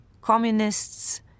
Communists